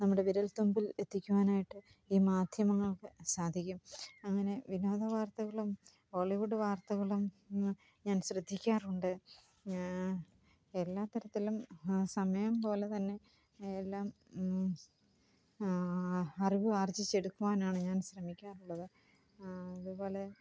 നമ്മുടെ വിരൽത്തുമ്പിൽ എത്തിക്കുവാനായിട്ട് ഈ മാധ്യമങ്ങൾക്ക് സാധിക്കും അങ്ങനെ വിനോദ വാർത്തകളും ബോളിവുഡ് വാർത്തകളും ഞാൻ ശ്രദ്ധിക്കാറുണ്ട് എല്ലാത്തരത്തിലും സമയം പോലെത്തന്നെ എല്ലാം അറിവുമാർജിച്ചെടുക്കുവാനാണ് ഞാൻ ശ്രമിക്കാറുള്ളത് അതുപോലെ